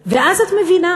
אז את מבינה